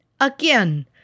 Again